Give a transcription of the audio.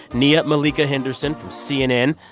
nia-malika henderson from cnn.